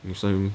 recently